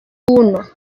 uno